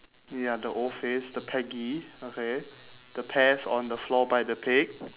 ya the O face the peggy okay the pears on the floor by the pig